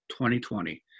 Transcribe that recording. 2020